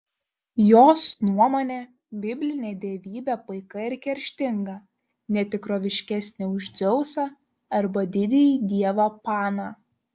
jos nuomone biblinė dievybė paika ir kerštinga ne tikroviškesnė už dzeusą arba didįjį dievą paną